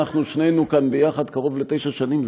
אנחנו שנינו כאן יחד קרוב לתשע שנים,